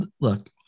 look